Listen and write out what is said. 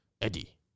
Eddie